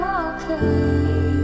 okay